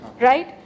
right